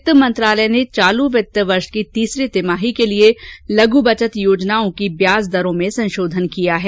वित्त मंत्रालय ने चालू वित्त वर्ष की तीसरी तिमाही के लिए लघू बचत योजनाओं की ब्याज दरों को संशोधित किया है